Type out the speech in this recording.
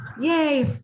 Yay